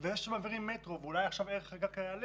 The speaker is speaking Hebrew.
וזה שמעבירים מטרו, אולי ערך הקרקע יעלה.